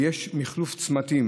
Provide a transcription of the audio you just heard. ויש מחלוף צמתים,